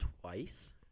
twice